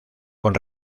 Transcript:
con